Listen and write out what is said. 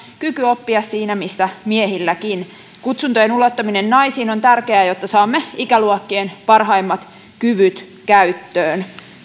kyky oppia siinä missä miehilläkin kutsuntojen ulottaminen naisiin on tärkeää jotta saamme ikäluokkien parhaimmat kyvyt käyttöön